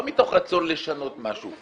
לא מתוך רצון לשנות משהו,